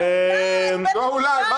שאולי בית המשפט --- לא אולי.